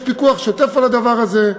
יש פיקוח שוטף על הדבר הזה,